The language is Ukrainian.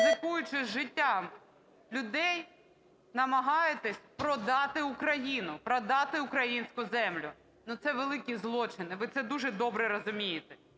ризикуючи життям людей, намагаєтесь продати Україну, продати українську землю. Це великий злочин і ви це дуже добре розумієте.